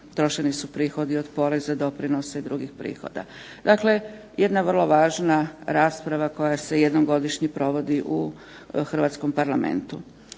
trošeni su prihodi od poreza, doprinosa i drugih prihoda. Dakle, jedna vrlo važna rasprava koja se jednom godišnje provodi u hrvatskom Parlamentu.